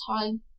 time